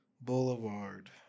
Boulevard